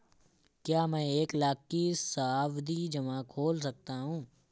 क्या मैं एक लाख का सावधि जमा खोल सकता हूँ?